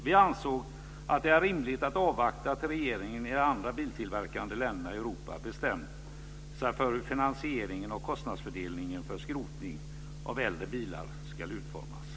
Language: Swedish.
Vi anser att det är rimligt att avvakta tills regeringarna i andra biltillverkande länder i Europa bestämt sig för hur finansieringen och kostnadsfördelningen för skrotning av äldre bilar ska utformas.